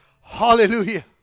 Hallelujah